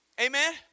Amen